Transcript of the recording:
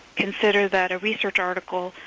consider that a research article,